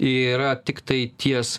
yra tiktai ties